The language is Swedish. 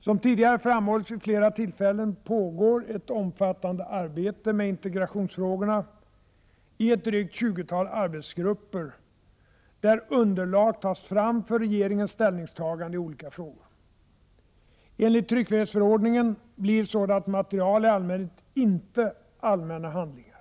Som tidigare framhållits vid flera tillfällen pågår ett omfattande arbete med integrationsfrågorna i ett drygt tjugotal arbetsgrupper, där underlag tas fram för regeringens ställningstaganden i olika frågor. Enligt tryckfrihetsförordningen blir sådant material i allmänhet inte allmänna handlingar.